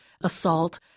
assault